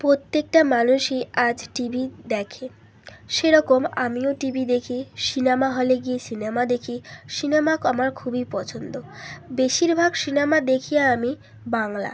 প্রত্যেকটা মানুষই আজ টিভি দেখে সেরকম আমিও টিভি দেখি সিনেমা হলে গিয়ে সিনেমা দেখি সিনেমা কমা আমার খুবই পছন্দ বেশিরভাগ সিনেমা দেখি আমি বাংলা